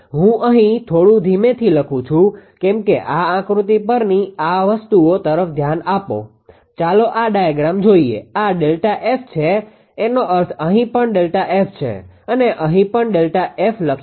હું અહીં થોડું ધીમેથી લખું છું જેમ કે આ આકૃતિ પરની આ વસ્તુઓ તરફ ધ્યાન આપો ચાલો આ ડાયાગ્રામ જોઈએ આ ΔF છે એનો અર્થ અહી પણ ΔF છે અને અહી પણ આપણે ΔF લખ્યું છે